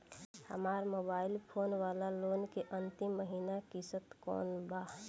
हमार mobile phone वाला loan के अंतिम महिना किश्त कौन बा?